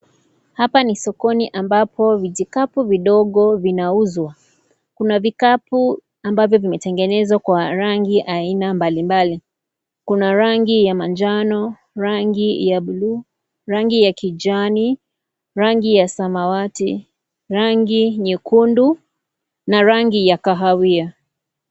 Hapa ni sokoni ambapo vijikapu vidogo vinauzwa. Kuna vikapu ambavyo vimetengenewa kwa rangi ya aina mbalimbali. Kuna rangi ya manjano , rangi ya bluu , rangi ya kijani, rangi ya samawati, rangi nyekundu na rangi ya kahawia.